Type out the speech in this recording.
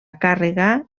càrrega